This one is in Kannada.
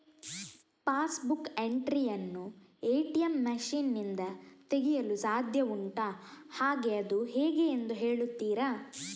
ಪಾಸ್ ಬುಕ್ ಎಂಟ್ರಿ ಯನ್ನು ಎ.ಟಿ.ಎಂ ಮಷೀನ್ ನಿಂದ ತೆಗೆಯಲು ಸಾಧ್ಯ ಉಂಟಾ ಹಾಗೆ ಅದು ಹೇಗೆ ಎಂದು ಹೇಳುತ್ತೀರಾ?